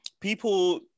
people